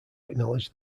acknowledge